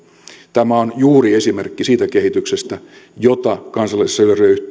tämä on juuri esimerkki siitä kehityksestä jota kansallisessa